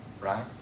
right